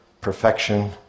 perfection